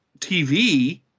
TV